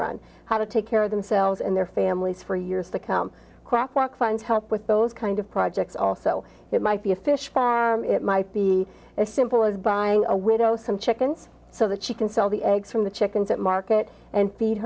run how to take care of themselves and their families for years to come crack rock find help with those kind of projects also it might be a fish but it might be as simple as buying a widow some chickens so that she can sell the eggs from the chickens that market and feed